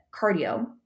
cardio